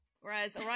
Whereas